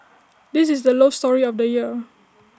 this is the love story of the year